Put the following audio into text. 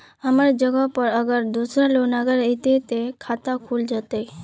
हमर जगह पर अगर दूसरा लोग अगर ऐते ते खाता खुल जते?